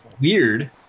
weird